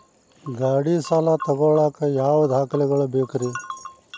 ಗಾಡಿ ಸಾಲ ತಗೋಳಾಕ ಯಾವ ದಾಖಲೆಗಳ ಬೇಕ್ರಿ?